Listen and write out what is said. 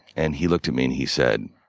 and he looked at me and he said,